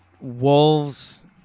wolves